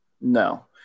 No